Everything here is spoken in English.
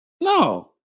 No